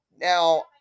Now